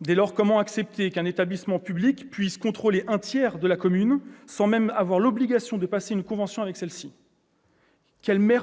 Dès lors, comment accepter qu'un établissement public puisse contrôler un tiers d'une commune sans même être obligé de passer des conventions avec elle ?